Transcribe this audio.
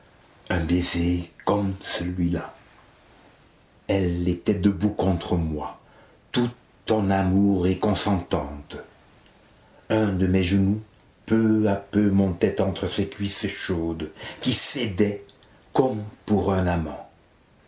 un baiser comme celui-là elle était debout contre moi toute en amour et consentante un de mes genoux peu à peu montait entre ses cuisses chaudes qui cédaient comme pour un amant